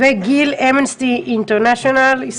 גיל נוה, אמנסטי ישראל,